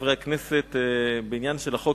חד"ש ומרצ שלא להחיל דין רציפות על הצעת החוק,